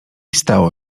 stało